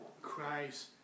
Christ